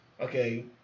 Okay